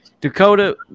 dakota